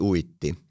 Uitti